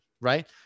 right